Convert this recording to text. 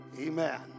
Amen